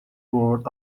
world